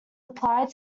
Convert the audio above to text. applied